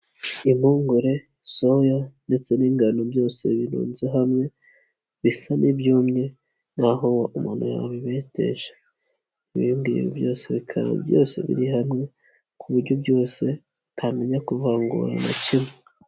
Impungure, soya ndetse n'ingano byose birunze hamwe, bisa n'ibyumye nk'aho umuntu yabibetesha, ibi ngibi byose bikaba byose biri hamwe, ku buryo byose utamenya kuvangura na kimwe.